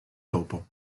dopo